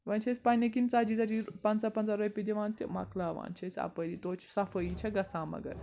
وَنۍ چھِ أسۍ پنٛنہِ کِنۍ ژتجی ژتجی پنژاہ پنٛژاہ رۄپیہِ دِوان مَکاوان چھِ أسۍ اَپٲری توتہِ صفٲیی چھے گژھان مگر